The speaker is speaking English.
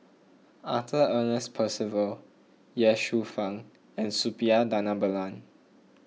Arthur Ernest Percival Ye Shufang and Suppiah Dhanabalan